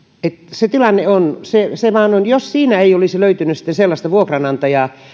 se se vain on tilanne jos siinä ei olisi löytynyt sitten sellaista vuokranantajaa kun